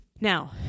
Now